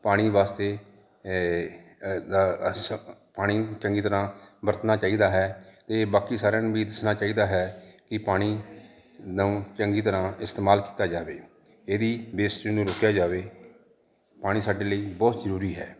ਪਾਣੀ ਵਾਸਤੇ ਪਾਣੀ ਚੰਗੀ ਤਰ੍ਹਾਂ ਵਰਤਣਾ ਚਾਹੀਦਾ ਹੈ ਤੇ ਬਾਕੀ ਸਾਰਿਆਂ ਨੂੰ ਵੀ ਦੱਸਣਾ ਚਾਹੀਦਾ ਹੈ ਕਿ ਪਾਣੀ ਨੂੰ ਚੰਗੀ ਤਰ੍ਹਾਂ ਇਸਤੇਮਾਲ ਕੀਤਾ ਜਾਵੇ ਇਹਦੀ ਵੇਸਟੇਜ ਨੂੰ ਰੋਕਿਆ ਜਾਵੇ ਪਾਣੀ ਸਾਡੇ ਲਈ ਬਹੁਤ ਜ਼ਰੂਰੀ ਹੈ